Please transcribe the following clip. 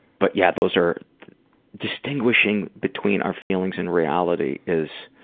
but, yeah, those are distinguishing between our feelings and reality is